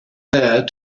there